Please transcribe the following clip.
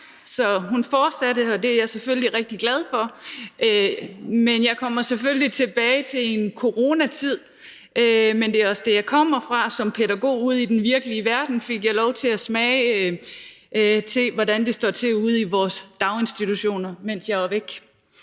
så hun fortsatte, og det er jeg selvfølgelig rigtig glad for. Jeg kommer selvfølgelig tilbage til en coronatid, men det er også det, jeg kommer fra som pædagog. Ude i den virkelige verden fik jeg lov til at smage på, hvordan det står til ude i vores daginstitutioner, også mens jeg har været